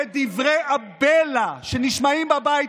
ודברי הבלע שנשמעים בבית,